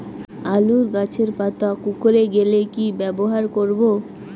আলুর গাছের পাতা কুকরে গেলে কি ব্যবহার করব?